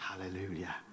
Hallelujah